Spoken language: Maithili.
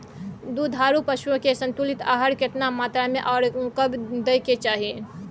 दुधारू पशुओं के संतुलित आहार केतना मात्रा में आर कब दैय के चाही?